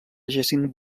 jacint